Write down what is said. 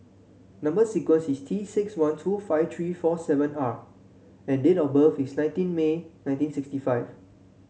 number sequence is T six one two five three four seven R and date of birth is nineteen May nineteen sixty five